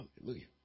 Hallelujah